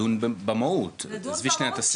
לדון במהות, עזבי שניה את הסעיף.